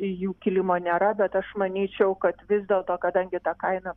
jų kilimo nėra bet aš manyčiau kad vis dėlto kadangi ta kaina